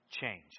change